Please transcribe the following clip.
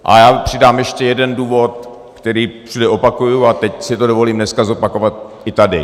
A já přidám ještě jeden důvod, který všude opakuji, a teď si to dovolím dneska zopakovat i tady.